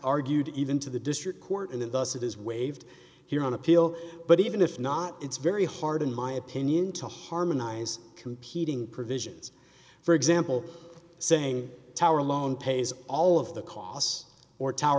argued even to the district court in the us it is waived here on appeal but even if not it's very hard in my opinion to harmonize competing provisions for example saying tower alone pays all of the costs or tower